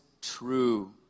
true